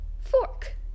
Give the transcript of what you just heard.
Fork